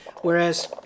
Whereas